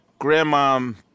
grandmom